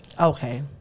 Okay